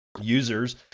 Users